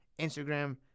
Instagram